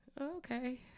Okay